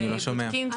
בבקשה, מירה.